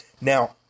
Now